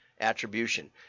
attribution